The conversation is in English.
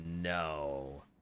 no